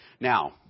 Now